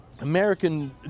American